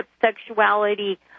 sexuality